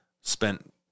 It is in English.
spent